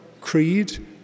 creed